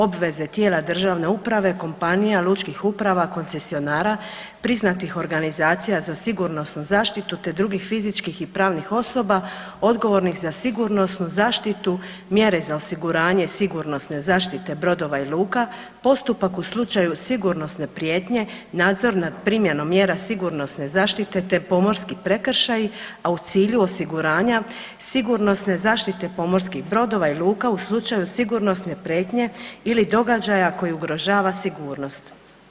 Obveze tijela državne uprave, kompanije, lučkih uprava, koncesionara, priznatih organizacija za sigurnosnu zaštitu te drugih fizičkih i pravnih osoba odgovornih za sigurnosnu zaštitu, mjeru za osiguranje, sigurnosne zaštite brodova i luka, postupak u slučaju sigurnosne prijetnje, nadzor nad primjenom mjera sigurnosne zaštite te pomorski prekršaji, a u cilju osiguranja sigurnosne zaštite pomorskih brodova i luka u slučaju sigurnosne prijetnje ili događaja koji ugrožava sigurnost.